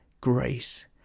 grace